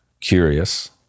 curious